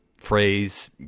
phrase